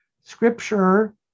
Scripture